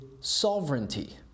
sovereignty